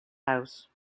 house